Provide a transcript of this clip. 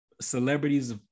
celebrities